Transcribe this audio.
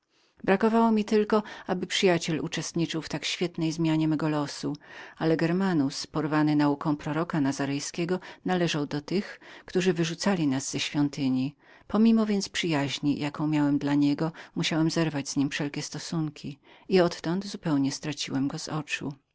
brakowało mi tylko aby przyjaciel uczestniczył w tak świetnej zmianie mego losu ale germanus cały porwany nauką proroka nazarejskiego należał także do tych którzy wyrzucali nas z świątyni pomimo więc przyjaźni jaką miałem dla niego musiałem zerwać z nim wszelkie stosunki i odtąd zupełnie straciłem go z oczu